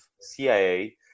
CIA